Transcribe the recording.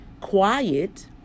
quiet